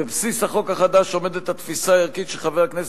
בבסיס החוק החדש עומדת התפיסה הערכית שחבר הכנסת,